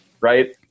right